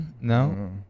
no